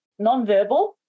nonverbal